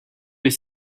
les